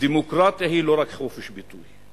היא לא רק חופש ביטוי,